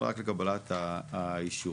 אלא רק לקבלת האישור.